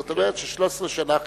זאת אומרת, 13 שנה חיכינו,